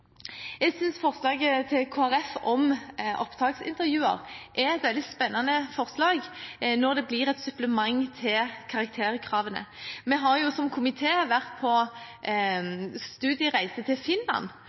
Jeg synes forslaget til Kristelig Folkeparti, Senterpartiet og SV om opptaksintervjuer er et veldig spennende forslag når det blir et supplement til karakterkravene. Vi har som komité vært på studiereise til Finland,